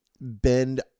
bend